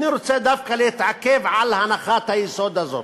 אני רוצה להתעכב דווקא על הנחת היסוד הזאת.